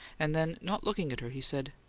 and then, not looking at her, he said,